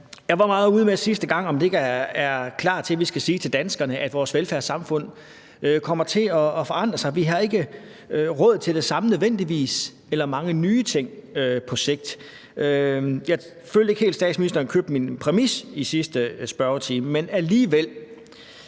Jeg var meget ude med sidste gang, om vi ikke er klar til at sige til danskerne, at vores velfærdssamfund kommer til at forandre sig, for vi har ikke nødvendigvis råd til det samme eller til mange nye ting på sigt. Jeg følte ikke helt, at statsministeren købte min præmis i sidste spørgetime, men alligevel.